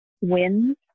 wins